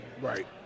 Right